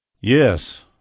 Yes